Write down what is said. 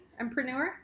Empreneur